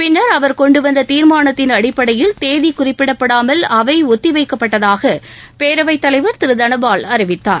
பின்னர் அவர் கொண்டுவந்த தீர்மானத்தின் அடிப்படையில் தேதி குறிப்பிடப்படாமல் அவை ஒத்திவைக்கப்பட்டதாக பேரவைத்தலைவர் திரு தனபால் அறிவித்தார்